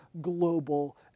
global